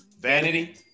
vanity